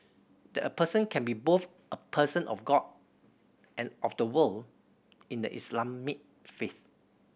that a person can be both a person of God and of the world in the Islamic faith